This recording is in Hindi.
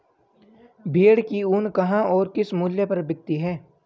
भेड़ की ऊन कहाँ और किस मूल्य पर बिकती है?